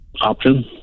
option